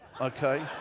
okay